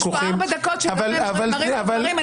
יש פה ארבע דקות שבהן נאמרים דברים,